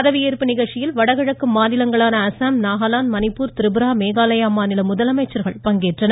பதவியேற்பு நிகழ்ச்சியில் வடகிழக்கு மாநிலங்களான அஸாம் நாகாலாந்து மணிப்பூர் திரிபுரா மேகாலயா மாநில முதலமைச்சர்கள் பங்கேற்றனர்